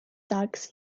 dogs